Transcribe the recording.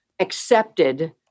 accepted